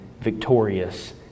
victorious